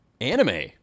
Anime